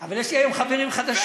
אבל יש לי היום חברים חדשים.